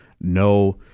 no